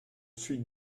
suis